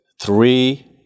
three